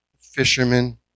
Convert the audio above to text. fishermen